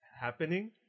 happening